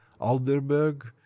alderberg